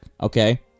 Okay